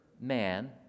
man